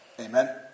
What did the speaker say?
Amen